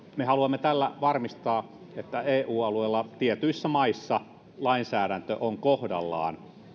me haluamme tällä varmistaa että eu alueella tietyissä maissa lainsäädäntö on kohdallaan